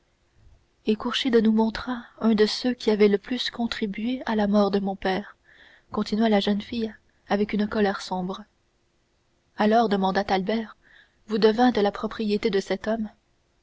et kourchid nous montra un de ceux qui avaient le plus contribué à la mort de mon père continua la jeune fille avec une colère sombre alors demanda albert vous devîntes la propriété de cet homme